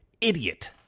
idiot